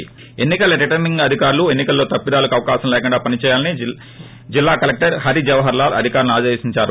హరి జవహర్ లాల్ ఎన్ని కల రిటర్నింగ్ అధికారులు ఎన్ని కల్లో తప్పిదాలకు అవకాశం లేకుండా పని చేయాలని జిల్లా కలెక్టర్ హరి జవహర్ లాల్ అధికారులను ఆదేశించారు